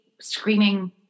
screaming